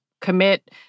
commit